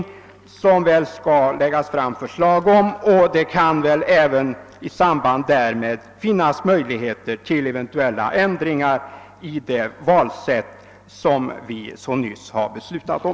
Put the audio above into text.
I samband med behandlingen av det förslaget kan det kanske finnas möjligheter att göra ändringar i det valsätt som vi nyligen har beslutat om.